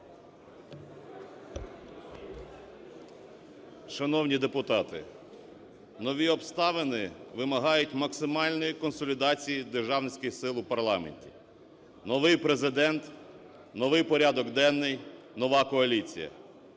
Шановні депутати, нові обставини вимагають максимальної консолідації державницьких сил в парламенті. Новий Президент, новий порядок денний, нова коаліція.